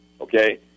okay